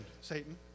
Satan